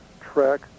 track